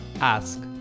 ask